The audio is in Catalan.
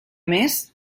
més